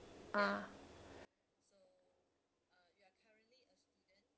ah